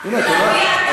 וגם להביע,